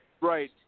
Right